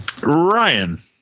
Ryan